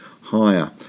higher